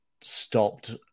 stopped